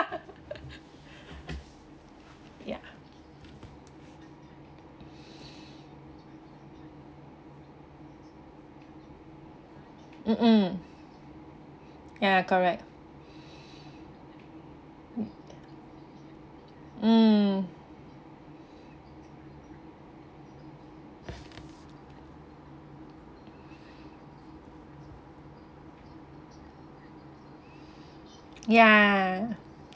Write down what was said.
ya mm mm ya correct mm ya mm ya